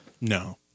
No